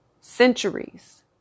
Centuries